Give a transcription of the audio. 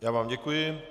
Já vám děkuji.